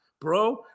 bro